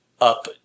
up